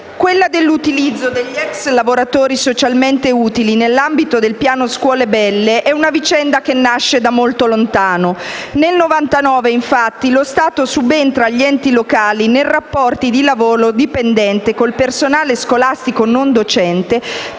Quella dell'utilizzo degli ex lavoratori socialmente utili (LSU) nell'ambito del piano scuole belle è una vicenda che nasce da lontano. Nel 1999, infatti, lo Stato subentra agli enti locali nei rapporti di lavoro dipendente con il personale scolastico non docente,